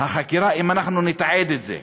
החקירה אם אנחנו נתעד את זה.